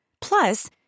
Plus